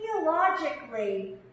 theologically